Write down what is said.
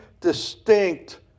distinct